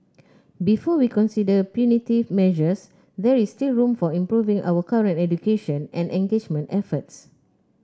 before we consider punitive measures there is still room for improving our current education and engagement efforts